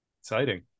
exciting